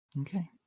Okay